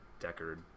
Deckard